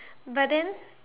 but then